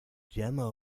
jemma